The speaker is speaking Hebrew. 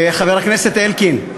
חבר הכנסת אלקין,